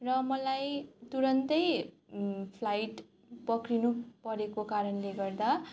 र मलाई तुरन्तै फ्लाइट पक्रिनुपरेको कारणले गर्दा